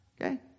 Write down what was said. okay